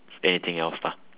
anything else lah